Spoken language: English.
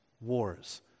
wars